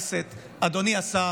אדוני היושב בראש,